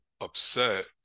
upset